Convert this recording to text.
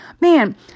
Man